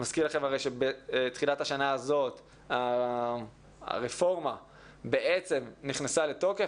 מזכיר לכם שבתחילת השנה הזאת הרפורמה בעצם נכנסה לתוקף,